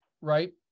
right